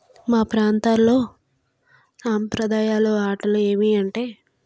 మా ప్రాంతాలలో సాంప్రదాయ ఆటలు ఏవి అంటే